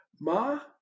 Ma